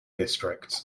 district